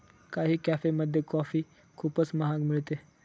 काही कॅफेमध्ये कॉफी खूपच महाग मिळते